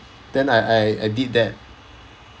then I I I did that